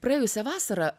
praėjusią vasarą